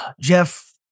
Jeff